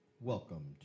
Welcome